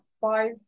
five